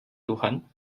tuhan